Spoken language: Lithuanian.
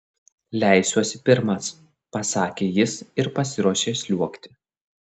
leisiuosi pirmas pasakė jis ir pasiruošė sliuogti